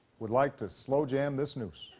would like to slow jam this news.